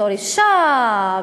בתור אישה,